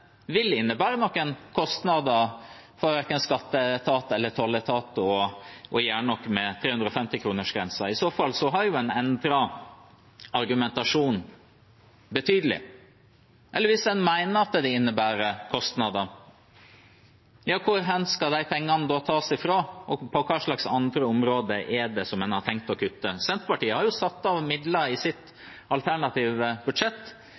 vil innebære noen kostnader for verken skatteetat eller tolletat å gjøre noe med 350-kronersgrensen? I så fall har en jo endret argumentasjonen betydelig. Eller: Hvis en mener at det innebærer kostnader, hvor skal de pengene da tas fra, og på hvilke andre områder har man tenkt å kutte? Senterpartiet har satt av midler i sitt alternative budsjett